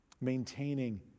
Maintaining